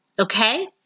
Okay